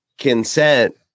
consent